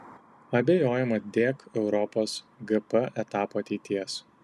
abejojama dėk europos gp etapo ateities